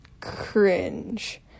cringe